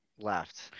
left